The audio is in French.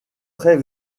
très